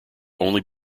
only